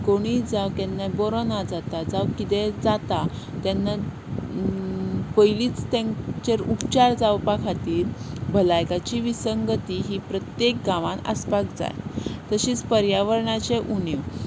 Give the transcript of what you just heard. कोणीय जावं केन्नाय बरो ना जाता जावं कितेंय जाता तेन्ना पयलींच तेंचेर उपचार जावपा खातीर भलायकाची विसंगती ही प्रत्येक गांवांत आसपाक जाय तशीच पर्यावरणाचें उणीव